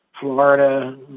Florida